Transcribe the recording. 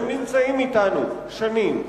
והם נמצאים אתנו שנים,